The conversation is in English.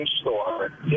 store